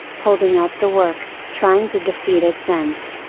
holding up the work, trying to defeat its ends.